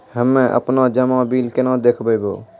हम्मे आपनौ जमा बिल केना देखबैओ?